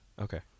Okay